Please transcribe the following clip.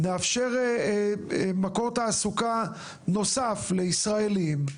נאפשר מקור תעסוקה נוסף לישראלים,